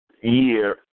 year